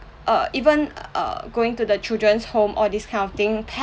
uh even uh going to the children's home all these kind of thing pet